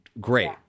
great